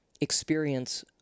experience